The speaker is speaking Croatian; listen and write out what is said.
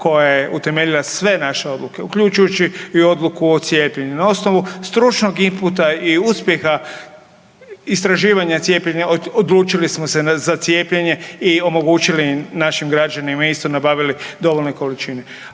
koja je utemeljila sve naše odluke uključujući i odluku o cijepljenju. Na osnovu stručnog inputa i uspjeha istraživanja cijepljenja odlučili smo se za cijepljenje i omogućili našim građanima, isto nabavili dovoljne količine.